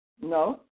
No